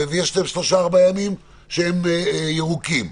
יש להם שלושה-ארבעה ימים שהם ירוקים.